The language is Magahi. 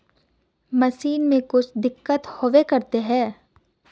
मशीन में कुछ दिक्कत होबे करते है?